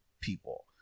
people